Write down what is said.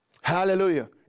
Hallelujah